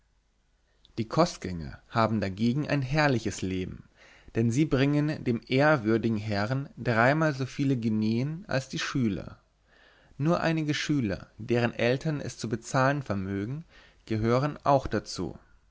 die kostgänger haben dagegen ein herrliches leben denn sie bringen dem ehrwürdigen herrn dreimal soviel guineen als die schüler nur einige schüler deren eltern es zu bezahlen vermögen gehören auch dazu